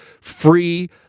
free